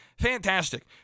fantastic